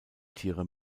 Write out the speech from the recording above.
tiere